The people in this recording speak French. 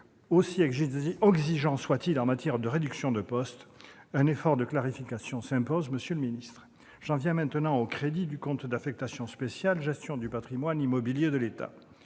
aussi exigeant soit-il en matière de réductions du nombre de postes, un effort de clarification s'impose, monsieur le ministre. J'en viens maintenant aux crédits du compte d'affectation spéciale « Gestion du patrimoine immobilier de l'État